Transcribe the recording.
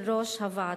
של ראש הוועדה.